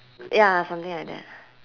ya something like that